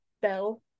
Bell